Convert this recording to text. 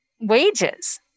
wages